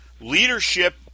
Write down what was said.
leadership